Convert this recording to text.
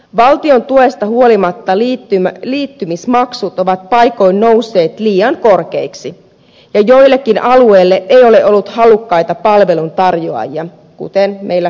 valtion tuesta huolimatta liittymismaksut ovat paikoin nousseet liian korkeiksi ja joillekin alueille ei ole ollut halukkaita palveluntarjoajia kuten meillä pohjois pohjanmaalla